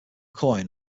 flipping